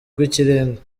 rw’ikirenga